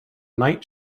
night